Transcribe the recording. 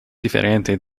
differente